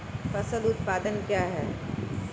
फसल उत्पादन क्या है?